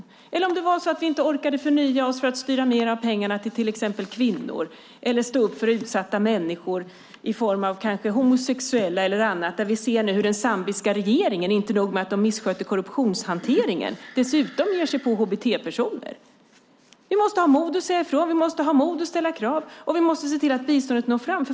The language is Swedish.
Vi skulle inte kunna öka utgifterna om vi inte orkade förnya oss genom att styra mer av pengarna till exempel till kvinnor eller stå upp för utsatta människor i form av kanske homosexuella eller annat. Vi ser ju nu hur den zambiska regeringen inte bara missköter korruptionshanteringen utan dessutom ger sig på hbt-personer. Vi måste ha mod att säga ifrån. Vi måste ha mod att ställa krav, och vi måste se till att biståndet når fram.